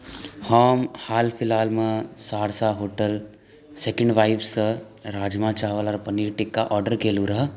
हम हाल फिलहालमे सहरसा होटल सेकेण्ड वाइफसँ राजमा चावल आओर पनीर टिक्का ऑडर केलहुँ रहै